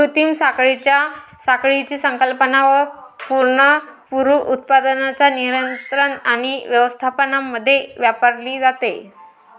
कृत्रिम साखळीची संकल्पना पुनरुत्पादनाच्या नियंत्रण आणि व्यवस्थापनामध्ये वापरली जाते